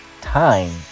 time